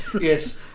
Yes